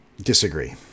Disagree